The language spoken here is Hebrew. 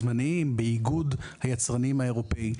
זמניים באיגוד היצרנים האירופי.